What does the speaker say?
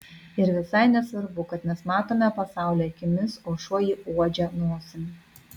ir visai nesvarbu kad mes matome pasaulį akimis o šuo jį uodžia nosim